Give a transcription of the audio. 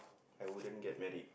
I wouldn't get married